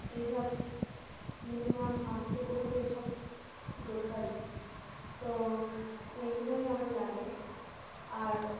এইসব মিনিমাম আঁকতে গেলে তো এইসব দরকারই তো এইগুলোই আমার লাগে আর